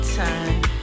time